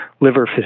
liver